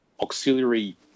auxiliary